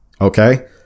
Okay